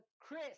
Chris